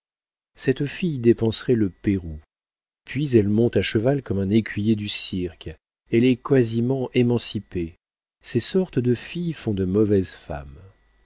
cette fille dépenserait le pérou puis elle monte à cheval comme un écuyer du cirque elle est quasiment émancipée ces sortes de filles font de mauvaises femmes